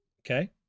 Okay